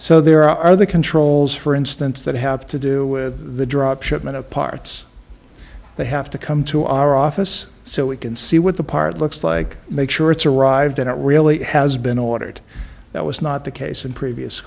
so there are the controls for instance that have to do with the drop shipment of parts they have to come to our office so we can see what the part looks like make sure it's arrived and it really has been ordered that was not the case in previous